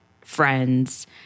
friends